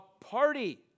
party